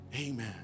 Amen